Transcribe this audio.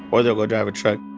or they'll go drive a truck.